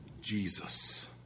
Jesus